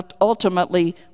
ultimately